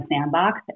sandbox